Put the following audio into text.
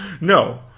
No